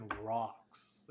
rocks